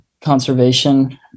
conservation